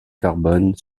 carbone